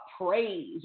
praise